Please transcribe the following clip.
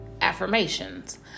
Affirmations